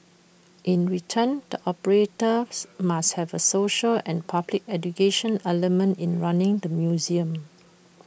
in return the operators must have A social and public education element in running the museum